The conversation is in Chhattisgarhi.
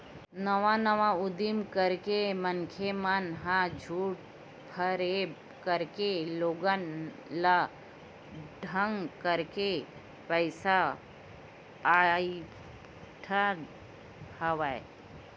नवा नवा उदीम करके मनखे मन ह झूठ फरेब करके लोगन ल ठंग करके पइसा अइठत हवय